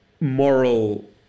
moral